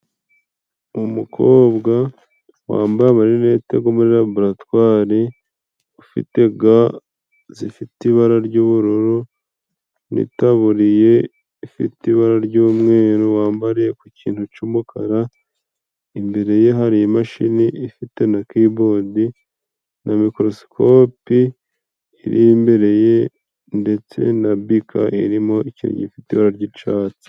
Umukobwa wambaye amarinete go muri laboratwari, ufite ga zifite ibara ry'ubururu, n'itaburiye ifite ibara ry'umweru, wambariye ku kintu cy'umukara. Imbere ye hari imashini ifite na kibodi, na mikorosikope iremereye ndetse na bika irimo ikintu gifite ibara ry'icatsi.